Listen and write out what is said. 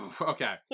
Okay